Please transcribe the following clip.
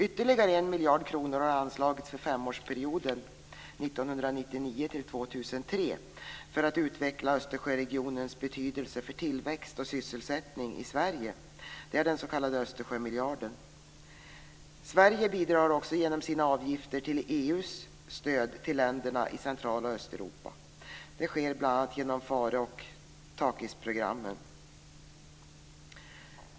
Ytterligare 1 miljard kronor har anslagits för femårsperioden 1999-2003 för att utveckla Östersjöregionens betydelse för tillväxt och sysselsättning i Sverige. Det är den s.k. Östersjömiljarden. Sverige bidrar också genom sina avgifter till EU:s stöd till länderna i Central och Östeuropa. Det sker bl.a. genom Phareoch Tacisprogrammen.